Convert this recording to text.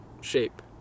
shape